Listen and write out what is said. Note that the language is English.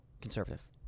conservative